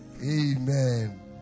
Amen